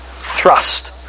thrust